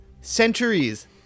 centuries